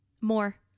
more